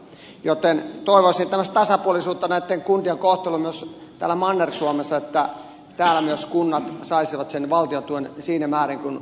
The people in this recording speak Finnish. näin ollen toivoisin tämmöistä tasapuolisuutta näitten kuntien kohteluun myös täällä manner suomessa että täällä myös kunnat saisivat sen valtion tuen siinä määrin kuin jotkut muut saavat